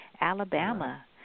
Alabama